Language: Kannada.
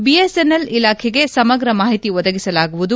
ಬಿಎಸ್ಎನ್ಎಲ್ ಇಲಾಖೆಗೆ ಸಮಗ್ರ ಮಾಹಿತಿ ಒದಗಿಸಲಾಗುವುದು